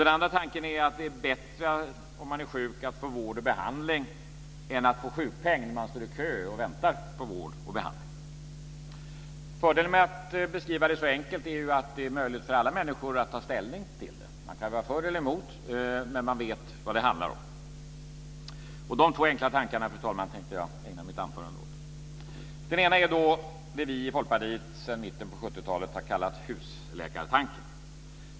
Den andra tanken är att det är bättre om man är sjuk att få vård och behandling än att få sjukpeng medan man står i kö och väntar på vård och behandling. Fördelen med att beskriva det så enkelt är att det gör det möjligt för alla människor att ta ställning till det. Man kan vara för eller emot när man vet vad det handlar om. De två enkla tankarna, fru talman, tänkte jag ägna mitt anförande åt. Den ena är det vi i Folkpartiet sedan mitten av 70 talet har kallat husläkartanken.